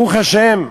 ברוך השם,